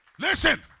Listen